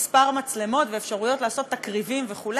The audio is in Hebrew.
מצלמות ואפשרויות לעשות תקריבים וכו'